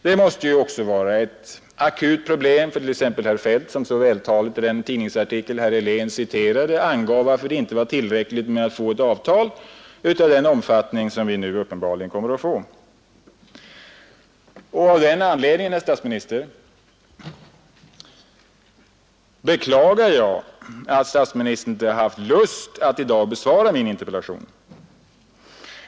Det måste också vara ett akut problem för t.ex. herr Feldt, som så vältaligt i den tidningsartikel som herr Helén citerade angav varför det inte var tillräckligt att få ett avtal av den omfattning som vi nu uppenbarligen kommer att få. Av den anledningen, herr statsminister, beklagar jag att statsministern inte haft lust att i dag besvara min interpellation.